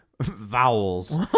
vowels